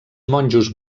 monjos